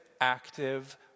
active